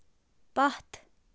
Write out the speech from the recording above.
پَتھ